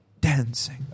dancing